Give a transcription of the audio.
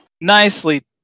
Nicely